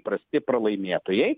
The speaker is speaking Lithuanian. prasti pralaimėtojai